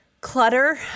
clutter